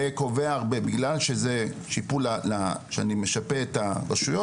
ובגלל שזה שיפוי שאני משפה את הרשויות